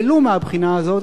ולו מהבחינה הזאת,